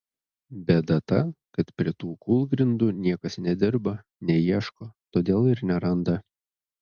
bėda ta kad prie tų kūlgrindų niekas nedirba neieško todėl ir neranda